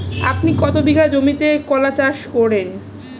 আপনি কত বিঘা জমিতে কলা চাষ করেন?